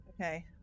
Okay